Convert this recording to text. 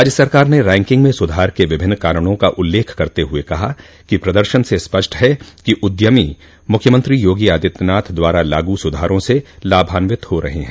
राज्य सरकार ने रैंकिंग में सुधार के विभिन्न कारणों का उल्लेख करते हुए कहा कि प्रदर्शन से स्पष्ट है कि उद्यमी मुख्यमंत्री योगी आदित्यनाथ द्वारा लागू सुधारों से लाभान्वित हो रहे हैं